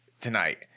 tonight